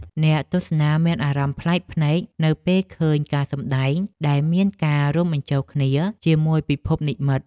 អ្នកទស្សនាមានអារម្មណ៍ប្លែកភ្នែកនៅពេលឃើញការសម្តែងដែលមានការរួមបញ្ចូលគ្នាជាមួយពិភពនិម្មិត។